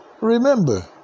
Remember